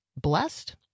blessed